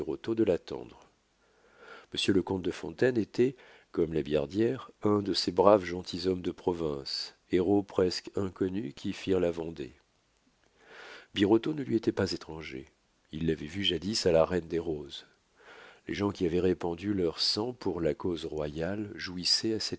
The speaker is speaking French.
de l'attendre monsieur le comte de fontaine était comme la billardière un de ces braves gentilshommes de province héros presque inconnus qui firent la vendée birotteau ne lui était pas étranger il l'avait vu jadis à la reine des roses les gens qui avaient répandu leur sang pour la cause royale jouissaient